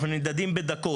אנחנו נמדדים בדקות,